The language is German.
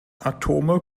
atome